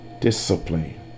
discipline